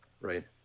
Right